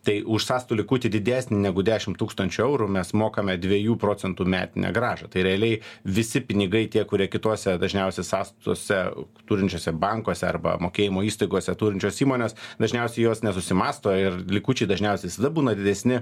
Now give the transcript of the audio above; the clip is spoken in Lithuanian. tai už sąstų likutį didesnį negu dešim tūkstančių eurų mes mokame dviejų procentų metinę grąžą tai realiai visi pinigai tie kurie kitose dažniausiai sąskaitose turinčiuose bankuose arba mokėjimo įstaigose turinčios įmonės dažniausiai jos nesusimąsto ir likučiai dažniausiai visada būna didesni